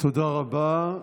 תודה רבה.